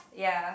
ya